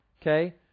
Okay